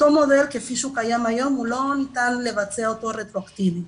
אותו מודל שקיים היום לא ניתן לביצוע רטרואקטיבית.